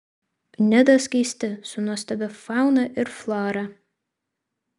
nida skaisti su nuostabia fauna ir flora